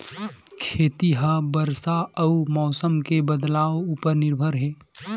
खेती हा बरसा अउ मौसम के बदलाव उपर निर्भर हे